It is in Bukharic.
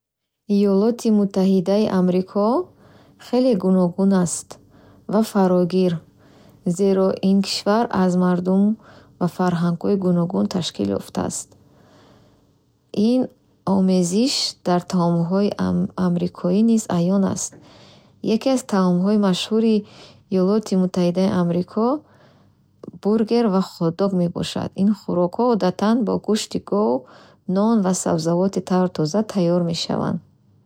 Иёлоти Муттаҳидаи Амрико хеле гуногун аст ва фарогир, зеро ин кишвар аз мардум ва фарҳангҳои гуногун ташкил ёфтааст. Ин омезиш дар таомҳои амрикоӣ низ аён аст. Яке аз таомҳои машҳури Иёлоти Муттаҳидаи Амрико ва хот-дог мебошад. Ин хӯрокҳо одатан бо гӯшти гов, нон ва сабзавоти тару тоза тайёр мешаванд.